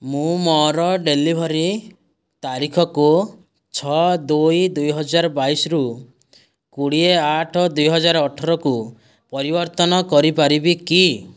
ମୁଁ ମୋର ଡେଲିଭରି ତାରିଖକୁ ଛଅ ଦୁଇ ଦୁଇ ହଜାର ବାଇଶରୁ କୋଡ଼ିଏ ଆଠ ଦୁଇ ହଜାର ଅଠରକୁ ପରିବର୍ତ୍ତନ କରିପାରିବି କି